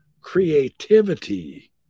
creativity